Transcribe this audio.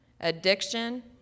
addiction